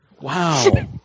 Wow